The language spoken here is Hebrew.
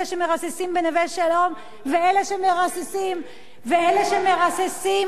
ואלה שמרססים בנווה-שלום,